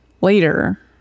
later